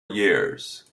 years